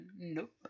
nope